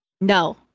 No